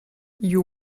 you